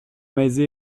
mezi